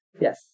Yes